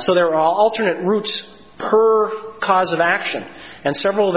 so there are alternate routes per cause of action and several of the